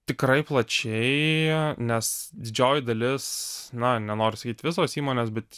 tikrai plačiai nes didžioji dalis na nenoriu sakyt visos įmonės bet